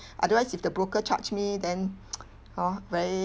otherwise if the broker charge me then hor very